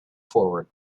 forward